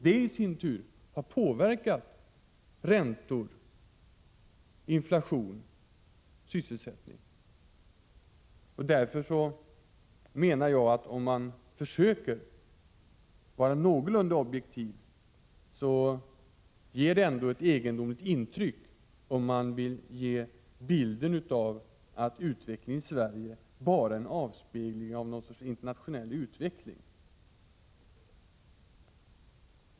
Detta har i sin tur påverkat räntor, inflation och sysselsättning. Om man försöker vara någorlunda objektiv så ger det ett egendomligt intryck att påstå att utvecklingen i Sverige bara är en avspegling av någon sorts internationell utveckling.